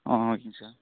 ஆ ஓகேங்க சார்